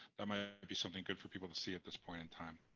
that might be something good for people to see at this point in time.